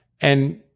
And-